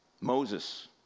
Moses